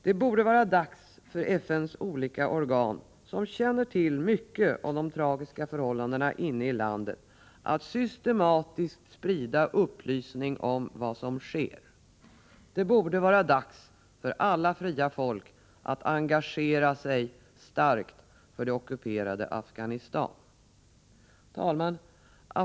Det borde vara dags för FN:s olika organ, som känner till mycket om de tragiska förhållandena inne i landet, att systematiskt sprida upplysningar om dem. Det borde vara dags för alla fria folk att engagera sig starkt för det ockuperade Afghanistan. Herr talman!